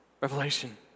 Revelation